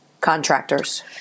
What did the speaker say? contractors